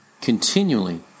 continually